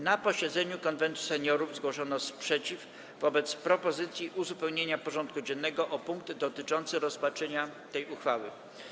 Na posiedzeniu Konwentu Seniorów zgłoszono sprzeciw wobec propozycji uzupełnienia porządku dziennego o punkt dotyczący rozpatrzenia tej uchwały.